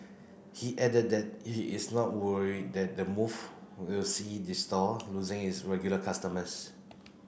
he added that he is not worried that the move will see the store losing its regular customers